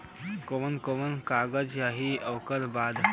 कवन कवन कागज चाही ओकर बदे?